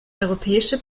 europäische